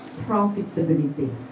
profitability